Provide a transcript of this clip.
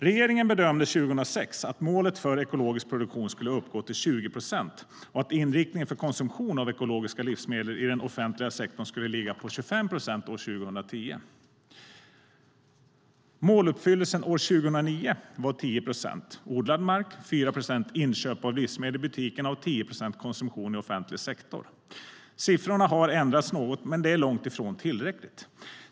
Regeringen bedömde 2006 att målet var att ekologisk produktion skulle uppgå till 20 procent och att inriktningen för konsumtion av ekologiska livsmedel i den offentliga sektorn skulle ligga på 25 procent år 2010. Måluppfyllelsen år 2009 var 10 procent odlad mark, 4 procent inköp av livsmedel i butikerna och 10 procent konsumtion i offentlig sektor. Siffrorna har ändrats något, men det är långt ifrån tillräckligt.